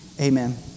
Amen